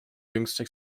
jüngsten